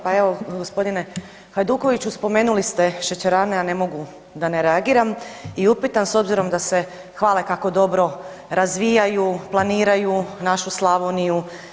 Pa evo g. Hajdukoviću spomenuli ste šećerane, a ne mogu da ne reagiram i upitam s obzirom da se hvale kako dobro razvijaju, planiraju našu Slavoniju.